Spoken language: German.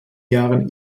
jahren